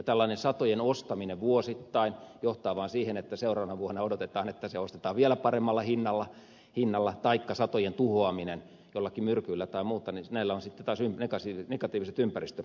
tällainen satojen ostaminen vuosittain johtaa vaan siihen että seuraavana vuonna odotetaan että se ostetaan vielä paremmalla hinnalla ja satojen tuhoamisella jollakin myrkyllä tai muuten on sitten taas negatiiviset ympäristövaikutuksensa